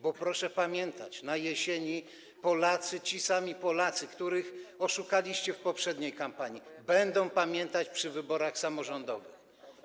Bo proszę pamiętać, że na jesieni Polacy, ci sami Polacy, których oszukaliście w poprzedniej kampanii, będą o tym pamiętać przy wyborach samorządowych.